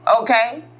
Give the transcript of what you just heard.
Okay